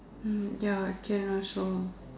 mm ya can also